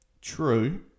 True